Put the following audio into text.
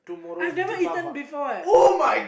I've never eaten before eh